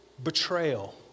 betrayal